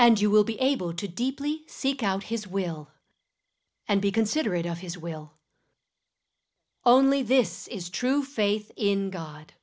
and you will be able to deeply seek out his will and be considerate of his will only this is true faith in god